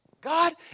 God